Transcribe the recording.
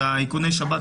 איכוני השב"כ,